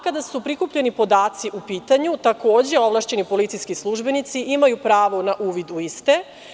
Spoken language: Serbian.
Kada su prikupljeni podaci u pitanju, takođe ovlašćeni politički službenici imaju pravo na uvid iste.